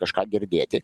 kažką girdėti